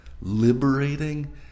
liberating